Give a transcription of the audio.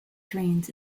drains